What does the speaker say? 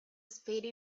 spade